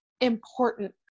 important